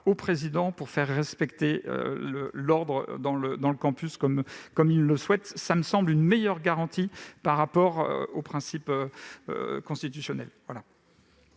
au président, pour faire respecter l'ordre dans le campus comme il le souhaite. Cela me semble une meilleure garantie par rapport aux principes constitutionnels.